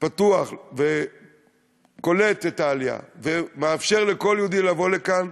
פתוח וקולט את העלייה ומאפשר לכל יהודי לבוא לכאן,